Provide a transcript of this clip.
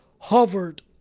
hovered